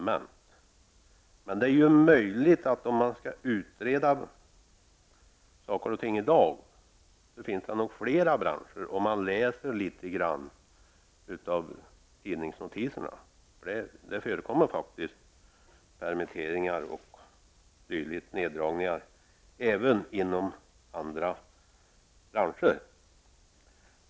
Men om det skall tillsättas utredningar i dag, finns det andra aktuella branscher. Det inser man när man läser tidningsnotiserna. Det förekommer permitteringar och neddragningar även inom andra branscher.